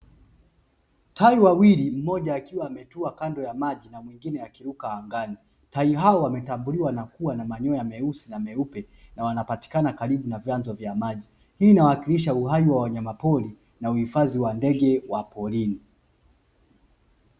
Tai wawili mmoja akiwa ametua kando ya maji na mwingine akiruka angani, tai hao wametambuliwa kwa kuwa na manyoya meusi na meupe na wanapatikana karibu ya vyazo vya maji, hii inawakilisha uhai wa wanyama poli na uhifadhi wa ndege wa porini.